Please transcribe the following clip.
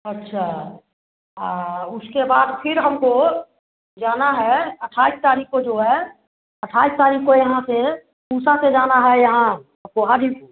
अच्छा उसके बाद फीर हमको जाना है अट्ठाईस तारीख़ को जो है अट्ठाईस तारीख़ को यहाँ से पूसा से जाना है यहाँ ओ पहाड़पुर